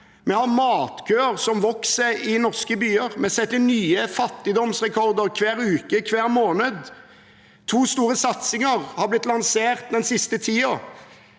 Vi har matkøer som vokser i norske byer, vi setter nye fattigdomsrekorder hver uke og hver måned. To store satsinger har blitt lansert den siste tiden: